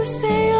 say